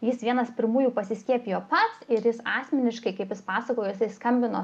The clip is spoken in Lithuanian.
jis vienas pirmųjų pasiskiepijo pats ir jis asmeniškai kaip jis pasakojo jisai skambino